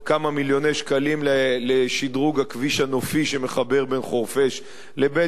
מיליוני שקלים לשדרוג הכביש הנופי שמחבר את חורפיש לבית-ג'ן.